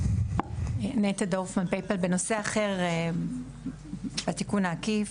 נטע דורפמן פייפל, בנושא אחר, בתיקון העקיף,